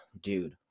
dude